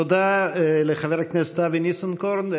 תודה לחבר הכנסת אבי ניסנקורן.